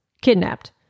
kidnapped